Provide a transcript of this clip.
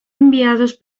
enviados